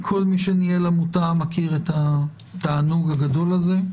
כל מי שניהל עמותה מכיר את התענוג הגדול הזה.